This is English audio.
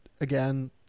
again